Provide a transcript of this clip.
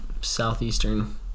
southeastern